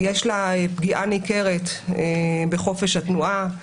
יש לה פגיעה ניכרת בחופש התנועה.